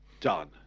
done